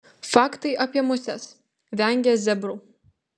faktai apie muses vengia zebrų